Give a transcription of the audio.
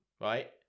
Right